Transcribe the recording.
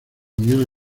mañana